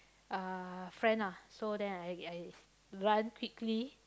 uh friend ah so then I I run quickly